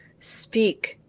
speak!